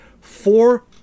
four